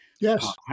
Yes